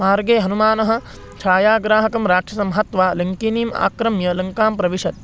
मार्गे हनूमान् छायाग्राहकं राक्षसीं हत्वा लङ्किणीम् आक्रम्य लङ्कां प्राविशत्